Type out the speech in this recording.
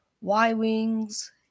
Y-Wings